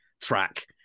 track